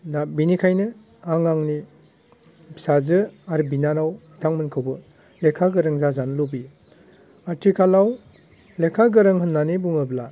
दा बेनिखायनो आं आंनि फिसाजो आरो बिनानाव बिथांमोनखौबो लेखा गोरों जाजानो लुबैयो आथिखालाव लेखा गोरों होननानै बुङोब्ला